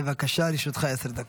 בבקשה, לרשותך עשר דקות.